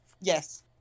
Yes